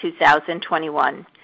2021